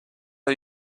are